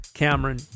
Cameron